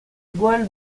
gwall